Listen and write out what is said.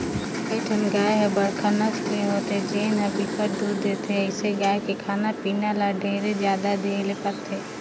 कइठन गाय ह बड़का नसल के होथे जेन ह बिकट के दूद देथे, अइसन गाय के खाना पीना ल ढेरे जादा देहे ले परथे